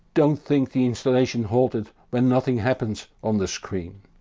don't think the installation halted when nothing happens on the screen.